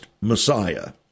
Messiah